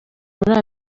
muri